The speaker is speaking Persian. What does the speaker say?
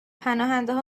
پناهندهها